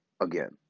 again